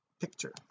picture